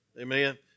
Amen